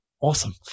awesome